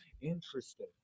Interesting